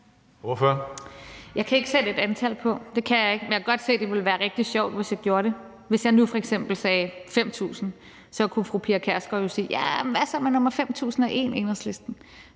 (EL): Jeg kan ikke sætte et antal på. Det kan jeg ikke, men jeg kan godt se, at det ville være rigtig sjovt, hvis jeg gjorde det. Hvis jeg nu f.eks. sagde 5.000, kunne fru Pia Kjærsgaard jo sige: Jamen hvad så med nr. 5.001, Enhedslisten?